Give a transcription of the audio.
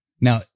Now